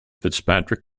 fitzpatrick